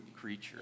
creature